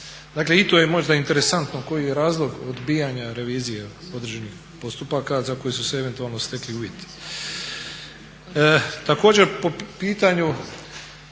Dakle, i to je možda interesantno koji je razlog odbijanja revizije određenih postupaka za koje su se eventualno stekli uvjeti.